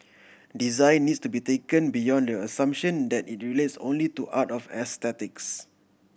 design needs to be taken beyond the assumption that it relates only to art of aesthetics